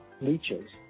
leeches